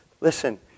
Listen